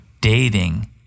dating